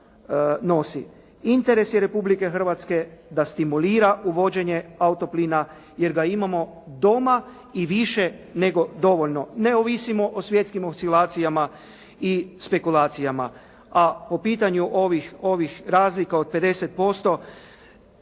Interes je Republike Hrvatske da stimulira uvođenje auto plina, jer ga imamo doma i više nego dovoljno. Ne ovisimo o svjetskim oscilacijama i spekulacijama. A po pitanju ovih razlika od 50%